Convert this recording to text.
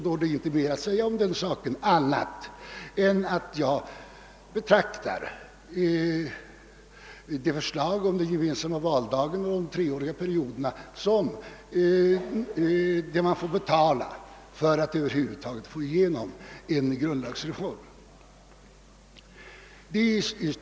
Det är inte mer att säga om den saken annat än att jag betraktar förslaget om den gemensamma valdagen och de treåriga mandatperioderna som något vi får betala för att över huvud taget få igenom en grundlagsreform.